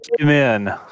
Amen